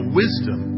wisdom